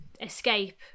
escape